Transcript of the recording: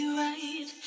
right